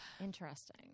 Interesting